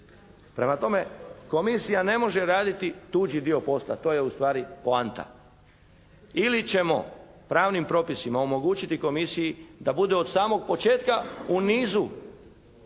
Prema tome, Komisija ne može raditi tuđi dio posla, to je ustvari poanta. Ili ćemo pravnim propisima omogućiti Komisiji da bude od samog početka u nizu